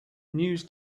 news